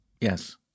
yes